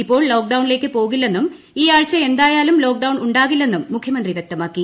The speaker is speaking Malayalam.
ഇപ്പോൾ ലോക്ഡൌണിലേക്ക് പോകില്ലെന്നും ഈ ആഴ്ച എന്തായാലും ലോക്ഡൌൺ ഉണ്ടാകില്ലെന്നും മുഖ്യമന്ത്രി വ്യക്തമാക്കി